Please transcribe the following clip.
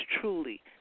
truly